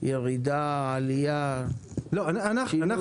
האם הייתה ירידה או עלייה?